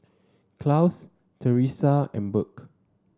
Claus Teresa and Burk